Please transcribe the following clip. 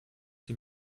die